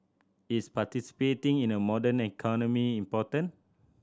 is participating in a modern economy important